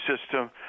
system